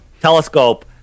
telescope